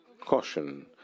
caution